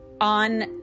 on